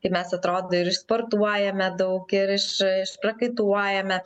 kai mes atrodo ir išsportuojame daug ir iš išprakaituojame